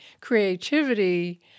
creativity